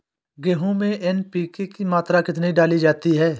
गेहूँ में एन.पी.के की मात्रा कितनी डाली जाती है?